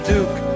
Duke